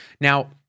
now